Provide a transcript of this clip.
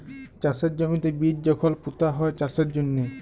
চাষের জমিতে বীজ যখল পুঁতা হ্যয় চাষের জ্যনহে